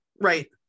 Right